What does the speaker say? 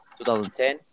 2010